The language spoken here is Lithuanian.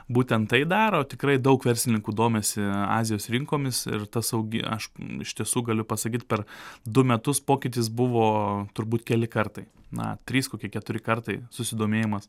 būtent tai daro tikrai daug verslininkų domisi azijos rinkomis ir tas augi aš iš tiesų galiu pasakyt per du metus pokytis buvo turbūt keli kartai na trys kokie keturi kartai susidomėjimas